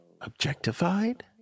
objectified